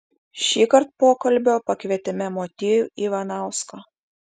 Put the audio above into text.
šįkart pokalbio pakvietėme motiejų ivanauską